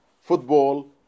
football